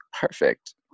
perfect